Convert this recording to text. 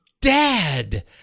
dad